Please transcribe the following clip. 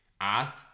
asked